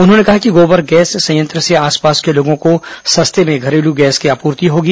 उन्होंने कहा कि गोबर गैस प्लांट से आसपास के लोगों को सस्ते में घरेलू गैस की आपूर्ति होगी